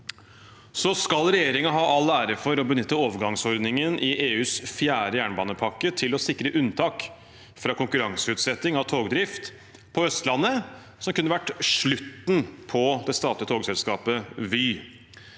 gir. Regjeringen skal ha all ære for å benytte overgangsordningen i EUs fjerde jernbanepakke til å sikre unntak fra konkurranseutsetting av togdrift på Østlandet, som kunne vært slutten på det statlige togselskapet Vy,